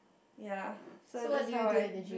ya so that's how I